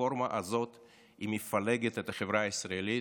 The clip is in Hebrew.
והרפורמה הזאת מפלגת את החברה הישראלית,